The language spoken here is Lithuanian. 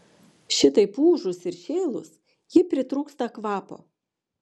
šitaip ūžus ir šėlus ji pritrūksta kvapo